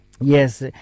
yes